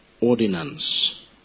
ordinance